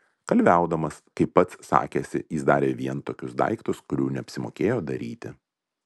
kalviaudamas kaip pats sakėsi jis darė vien tokius daiktus kurių neapsimokėjo daryti